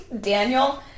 Daniel